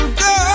go